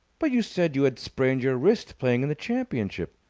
but you said you had sprained your wrist playing in the championship.